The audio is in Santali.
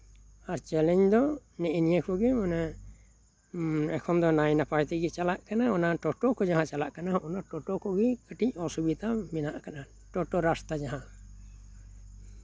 ᱟᱨ ᱪᱮᱞᱮᱧ ᱫᱚ ᱱᱮᱜᱼᱮ ᱱᱤᱭᱟᱹ ᱠᱚᱜᱮ ᱢᱟᱱᱮ ᱮᱠᱷᱚᱱ ᱫᱚ ᱱᱟᱭ ᱱᱟᱯᱟᱭ ᱛᱮᱜᱮ ᱪᱟᱞᱟᱜ ᱠᱟᱱᱟ ᱚᱱᱟ ᱴᱳᱴᱳ ᱠᱚ ᱡᱟᱦᱟᱸ ᱪᱟᱞᱟᱜ ᱠᱟᱱᱟ ᱚᱱᱟ ᱴᱳᱴᱳ ᱠᱚ ᱜᱮ ᱠᱟᱹᱴᱤᱡ ᱚᱥᱩᱵᱤᱫᱷᱟ ᱠᱟᱫᱟ ᱴᱳᱴᱳ ᱨᱟᱥᱛᱟ ᱡᱟᱦᱟᱸ